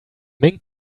mink